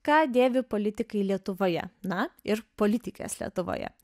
ką dėvi politikai lietuvoje na ir politikės lietuvoje